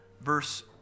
verse